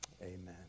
amen